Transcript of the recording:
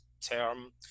term